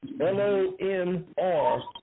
L-O-N-R